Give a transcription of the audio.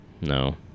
no